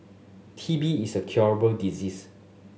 T B is a curable disease